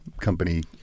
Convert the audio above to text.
company